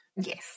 Yes